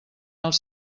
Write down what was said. els